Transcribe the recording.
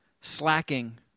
slacking